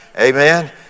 Amen